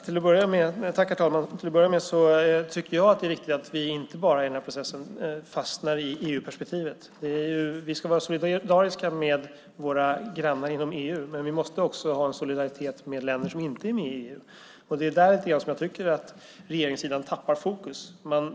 Herr talman! Jag tycker att det är viktigt att vi inte fastnar i EU-perspektivet i den här processen. Vi ska vara solidariska med våra grannar inom EU, men vi måste också ha solidaritet med länder som inte är med i EU. Det är där jag tycker att regeringssidan tappar fokus.